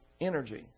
energy